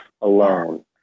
alone